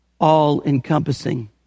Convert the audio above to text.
all-encompassing